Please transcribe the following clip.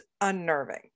unnerving